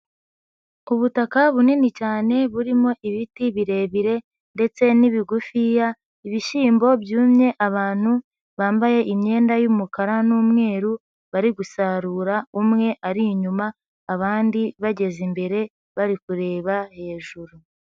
Ubutaka bunini cyane burimo ibiti birebire ndetse n'ibigufiya, ibishyimbo byumye, abantu bambaye imyenda y'umukara n'umweru, bari gusarura, umwe ari inyuma abandi bageze imbere, bari kureba hejuru.